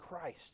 Christ